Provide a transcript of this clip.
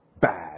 bad